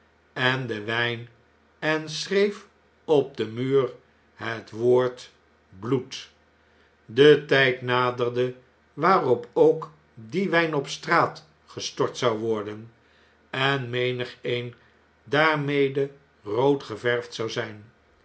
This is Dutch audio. en den wjjn en schreef op den muur het woord bloel de tijd naderde waarop ook die wfln op straat gestort zou worden en menigeen daarmede roodgeverfd zou zjjn